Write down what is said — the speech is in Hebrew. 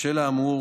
בשל האמור,